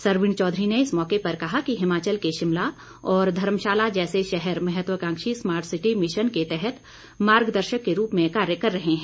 सरवीण चौधरी ने इस मौके पर कहा कि हिमाचल के शिमला और धर्मशाला जैसे शहर महत्वकांक्षी स्मार्ट सिटी मिशन के तहत मार्गदर्शक के रूप में कार्य कर रहे हैं